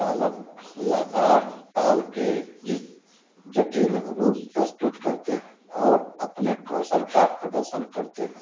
तालकलाकार ताल के जटिल रूप प्रस्तुत करते हैं और अपने कौशल का प्रदर्शन करते हैं